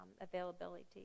availability